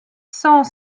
cent